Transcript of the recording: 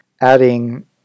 adding